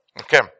okay